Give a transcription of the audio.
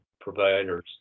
providers